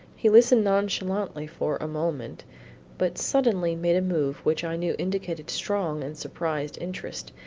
he listened nonchalantly for a moment but suddenly made a move which i knew indicated strong and surprised interest,